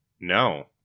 No